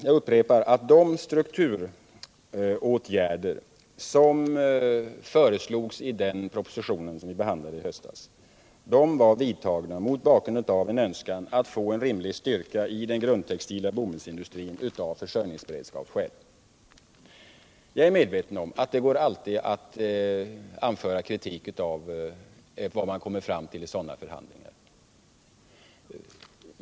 Jag upprepar att de strukturåtgärder som föreslogs i den proposition som vi behandlade i höstas hade aktualiserats mot bakgrund av en önskan att av försörjningsberedskapsskäl få en rimlig styrka i den grundtextila bomullsindustrin. Jag är medveten om att det alltid går att anföra kritik mot de resultat som kommer fram vid sådana förhandlingar.